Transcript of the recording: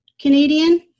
Canadian